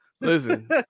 Listen